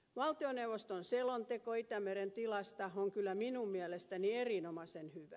valtioneuvoston selonteko itämeren tilasta on kyllä minun mielestäni erinomaisen hyvä